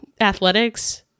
athletics